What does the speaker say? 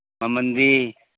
ꯃꯃꯟꯗꯤ